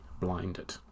blinded